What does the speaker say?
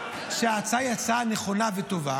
והשירות תחת קופות החולים,